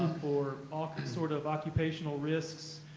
for all sorts of occupational risks,